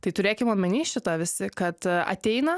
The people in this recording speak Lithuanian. tai turėkim omeny šitą visi kad ateina